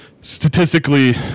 statistically